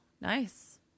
Nice